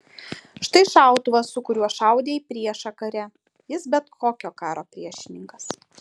štai šautuvas su kuriuo šaudė į priešą kare jis bet kokio karo priešininkas